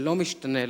שלא משתנה,